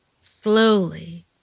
Slowly